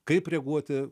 kaip reaguoti